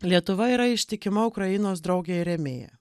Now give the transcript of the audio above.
lietuva yra ištikima ukrainos draugė ir rėmėja